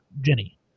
Jenny